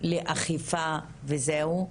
לאכיפה וזהו,